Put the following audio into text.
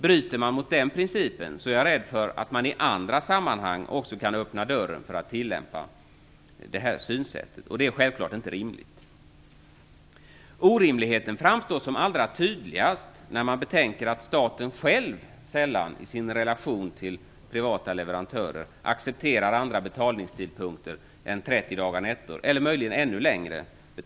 Bryter man mot den principen är jag rädd att man öppnar dörren för att också i andra sammanhang tillämpa detta synsätt, och det är självklart inte rimligt. Orimligheten framstår som allra tydligast när man betänker att staten för egen del i sina relationer med privata leverantörer sällan accepterar andra betalningstider än 30 dagar netto eller ännu längre.